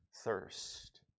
thirst